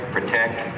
protect